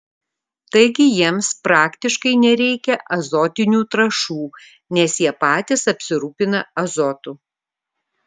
taigi jiems praktiškai nereikia azotinių trąšų nes jie patys apsirūpina azotu